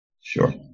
Sure